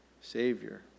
Savior